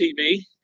TV